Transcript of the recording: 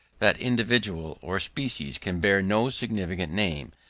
that individual or species can bear no significant name,